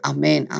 Amen